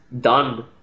done